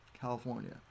California